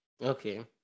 Okay